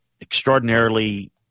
extraordinarily